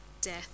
death